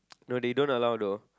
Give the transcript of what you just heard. no they don't allow though